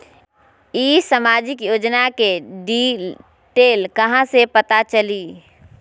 ई सामाजिक योजना के डिटेल कहा से पता चली?